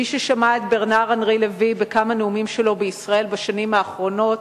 מי ששמע את ברנאר אנרי לוי בכמה נאומים שלו בישראל בשנים האחרונות,